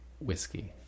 whiskey